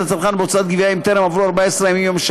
את הצרכן לשלם חוב נטען אף ללא בדיקה אם אכן ערך